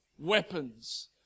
Weapons